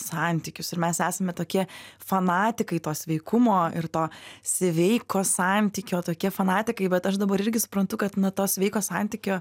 santykius ir mes esame tokie fanatikai to sveikumo ir to sveiko santykio tokie fanatikai bet aš dabar irgi suprantu kad nuo to sveiko santykio